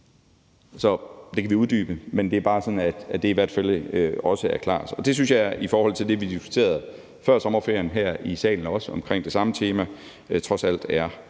Det kan vi uddybe, men det er bare sådan, at det i hvert fald også er klart. Det synes jeg i forhold til det, vi også diskuterede før sommerferien her i salen omkring det samme tema, trods alt er